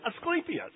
Asclepius